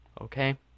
okay